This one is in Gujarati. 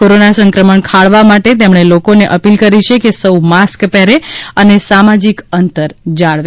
કોરોના સંક્રમણ ખાળવા માટે તેમણે લોકોને અપીલ કરી છે કે સૌ માસ્ક પહેરે અને સામાજિક અંતર જાળવે